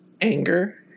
anger